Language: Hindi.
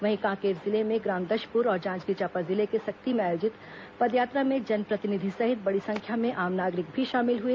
वहीं कांकेर जिले में ग्राम दशपुर और जांजगीर चांपा जिले के सक्ती में आयोजित पदयात्रा में जनप्रतिनिधि सहित बडी संख्या में आम नागरिक भी शामिल हुए